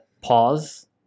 pause